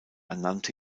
ernannte